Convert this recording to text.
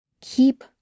Keep